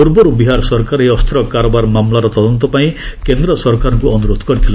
ପୂର୍ବରୁ ବିହାର ସରକାର ଏହି ଅସ୍ତ୍ର କାରବାର ମାମଲାର ଦନ୍ତ ପାଇଁ କେନ୍ଦ୍ର ସରକାରଙ୍କୁ ଅନୁରୋଧ କରିଥିଲେ